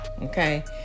Okay